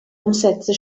umsätze